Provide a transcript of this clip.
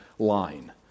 line